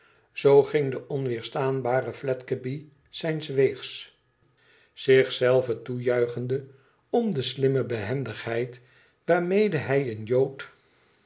zoo ging de onweerstaanbare fledgeby zijns weegs zich zelven toejiiichende om de slimme behendigheid waarmede hij een jood